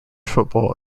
football